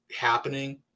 happening